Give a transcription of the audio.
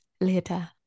later